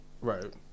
Right